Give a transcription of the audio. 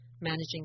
managing